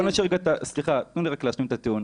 רגע, שנייה, סליחה, תנו לי רק להשלים את הטיעון.